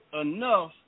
enough